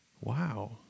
Wow